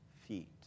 feet